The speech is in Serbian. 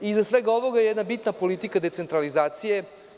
Iza svega ovoga je jedna bitna politika decentralizacije.